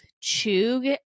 chug